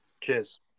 Cheers